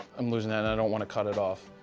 i'm losing that and i don't want to cut it off.